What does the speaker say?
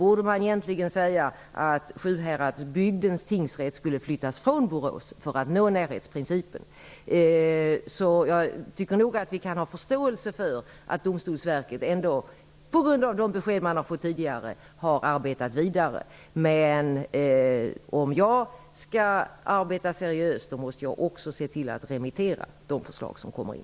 Om man skall dra slutsatser av motiven till det förra beslutet borde man egentligen säga att Jag tycker nog att vi kan ha förståelse för att Domstolsverket, på grund av de besked man har fått tidigare, ändå har arbetat vidare. Om jag skall arbeta seriöst måste jag också se till att remittera de förslag som kommer in.